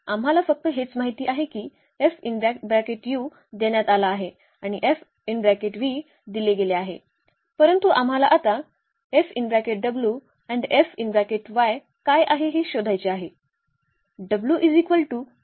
आम्हाला फक्त हेच माहित आहे की देण्यात आला आहे आणि दिले गेले आहे परंतु आम्हाला आता काय आहे हे शोधायचे आहे